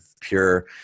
pure